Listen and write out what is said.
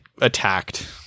attacked